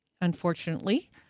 unfortunately